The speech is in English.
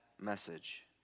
message